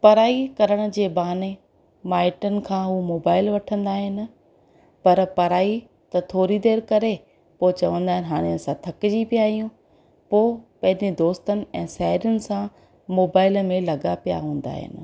पढ़ाई करण जे बहाने माइटनि खां उहे मोबाइल वठंदा आहिनि पर पढ़ाई त थोरी देरि करे पोइ चवंदा आहिनि हाणे असां थकिजी पिया आहियूं पोइ पंहिंजे दोस्तनि ऐं साहेरियुनि सां मोबाइलनि में लॻा पिया हूंदा आहिनि